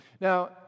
Now